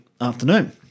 afternoon